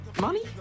Money